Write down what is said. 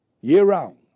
year-round